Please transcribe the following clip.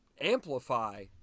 amplify